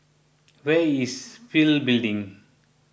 where is Pil Building